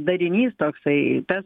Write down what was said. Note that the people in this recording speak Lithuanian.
darinys toksai tas